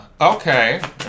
Okay